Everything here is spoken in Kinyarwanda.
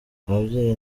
ababyeyi